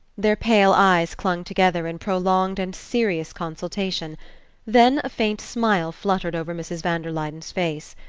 their pale eyes clung together in prolonged and serious consultation then a faint smile fluttered over mrs. van der luyden's face.